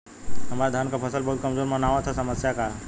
हमरे धान क फसल बहुत कमजोर मनावत ह समस्या का ह?